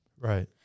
Right